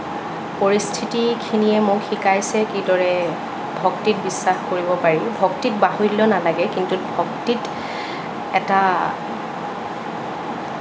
পৰিস্থিতিখিনিয়ে মোক শিকাইছে কিদৰে ভক্তিত বিশ্বাস কৰিব পাৰি ভক্তিক বাহুল্য নালাগে কিন্তু ভক্তিত এটা